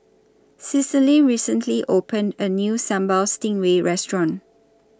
Cecily recently opened A New Sambal Stingray Restaurant